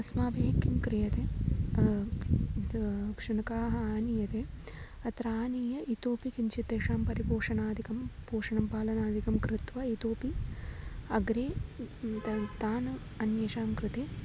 अस्माभिः किं क्रियते शुनकाः आनीयन्ते अत्र आनीय इतोऽपि किञ्चित् तेषां परिपोषणाधिकं पोषणं पालनादिकं कृत्वा इतोऽपि अग्रे त् तान् अन्येषां कृते